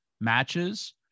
matches